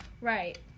right